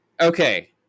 Okay